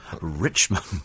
Richmond